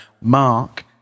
mark